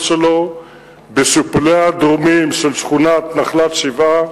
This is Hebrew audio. שלו בשיפוליה הדרומיים של שכונת נחלת-שבעה.